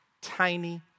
tiny